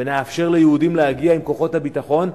ונאפשר ליהודים להגיע עם כוחות הביטחון,